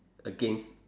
against